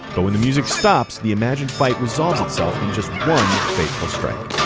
but when the music stops, the imagined fight resolves itself in just one fateful strike.